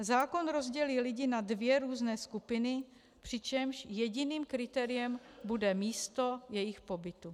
Zákon rozdělí lidi na dvě různé skupiny, přičemž jediným kritériem bude místo jejich pobytu.